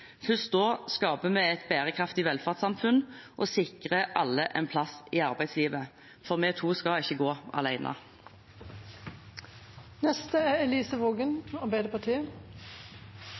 skaper vi et bærekraftig velferdssamfunn og sikrer alle en plass i arbeidslivet – for me to ska ikkje gå